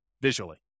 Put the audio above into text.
visually